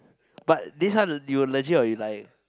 but this one you legit or you lie